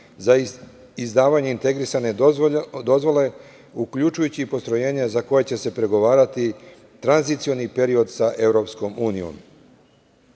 za izdavanje integrisane dozvole, uključujući postrojenje za koje će se pregovarati tranzicioni period da EU.Usaglašavanje